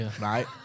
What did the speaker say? Right